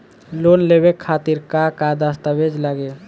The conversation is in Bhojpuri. लोन लेवे खातिर का का दस्तावेज लागी?